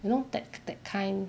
you know that that kind